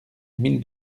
mille